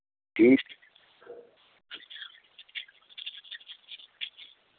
ठीक